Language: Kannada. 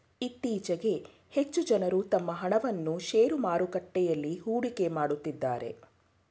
ಇತ್ತೀಚೆಗೆ ಹೆಚ್ಚು ಜನರು ತಮ್ಮ ಹಣವನ್ನು ಶೇರು ಮಾರುಕಟ್ಟೆಯಲ್ಲಿ ಹೂಡಿಕೆ ಮಾಡುತ್ತಿದ್ದಾರೆ